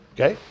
Okay